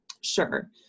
Sure